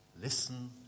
Listen